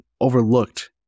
overlooked